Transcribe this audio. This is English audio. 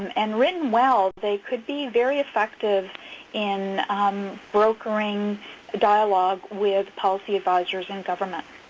and written well, they could be very effective in brokering a dialogue with policy advisers in government.